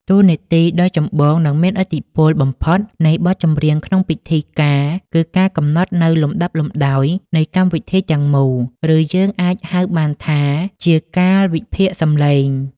តួនាទីដ៏ចម្បង និងមានឥទ្ធិពលបំផុតនៃចម្រៀងក្នុងពិធីការ គឺការកំណត់នូវលំដាប់លំដោយនៃកម្មវិធីទាំងមូល ឬយើងអាចហៅបានថាជា «កាលវិភាគសម្លេង»។